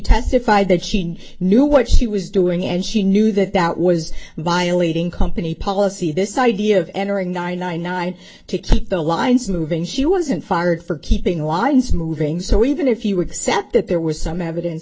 testified that she knew what she was doing and she knew that that was violating company policy this idea of entering the nine nine nine to keep the lines moving she wasn't fired for keeping lines moving so even if you were set that there was some evidence